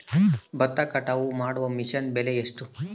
ಭತ್ತ ಕಟಾವು ಮಾಡುವ ಮಿಷನ್ ಬೆಲೆ ಎಷ್ಟು?